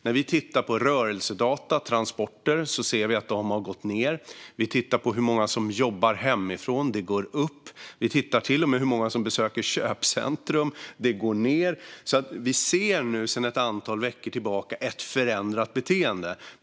När vi tittar på rörelsedata för transporter ser vi att de har gått ned. När vi tittar på hur många som jobbar hemifrån ser vi att detta går upp. Vi tittar till och med på hur många som besöker köpcentrum; antalet går ned. Vi ser sedan ett antal veckor ett förändrat beteende.